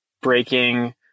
breaking